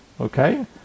Okay